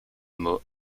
mots